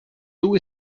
dos